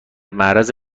معرض